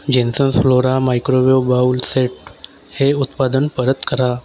Jansen's Flora microwave bowl set हे उत्पादन परत करा